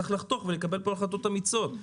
צריך לחתוך ולקבל פה החלטות אמיצות.